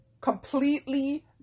completely